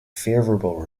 favourable